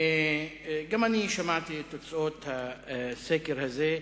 גם אני שמעתי את תוצאות הסקר הזה.